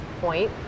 point